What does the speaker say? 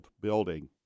building